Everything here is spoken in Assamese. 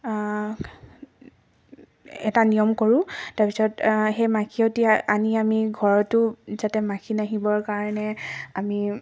এটা নিয়ম কৰোঁ তাৰপিছত সেই মাখিয়তী আনি আমি ঘৰতো যাতে মাখি নাহিবৰ কাৰণে আমি